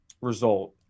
result